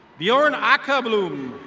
bjorn ackabloom.